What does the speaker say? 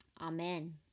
Amen